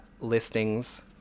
listings